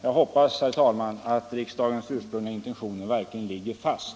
Jag hoppas, herr talman, att riksdagens ursprungliga intentioner verkligen ligger fast.